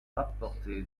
rapporté